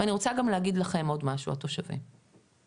אני רוצה להגיד לכם התושבים עוד משהו.